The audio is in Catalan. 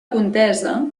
contesa